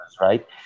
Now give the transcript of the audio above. right